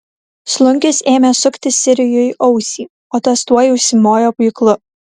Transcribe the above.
slunkius ėmė sukti sirijui ausį o tas tuoj užsimojo pjūklu